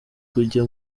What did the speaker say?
kujya